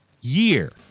year